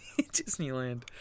Disneyland